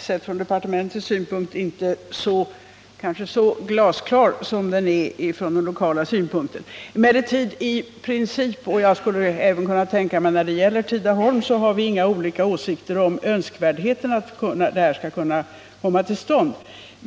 sett från departementets synpunkt är saken kanske inte så glasklar som den är från lokal synpunkt. I princip— och jag skulle även kunna tänka mig att det gäller Tidaholm — har vi emellertid inga skilda åsikter om önskvärdheten av att en sådan här övergång kan komma till stånd.